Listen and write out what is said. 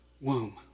womb